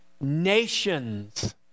nations